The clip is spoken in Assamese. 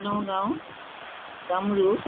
নগাঁও কামৰূপ